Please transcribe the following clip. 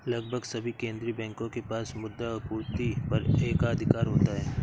लगभग सभी केंदीय बैंकों के पास मुद्रा आपूर्ति पर एकाधिकार होता है